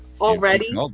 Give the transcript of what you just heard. already